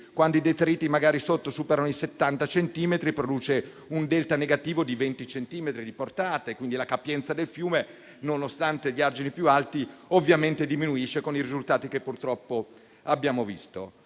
sotto i detriti magari superano i 70 centimetri, produce un delta negativo di 20 centimetri di portata; quindi, la capienza del fiume, nonostante gli argini più alti, ovviamente diminuisce, con i risultati che purtroppo abbiamo visto.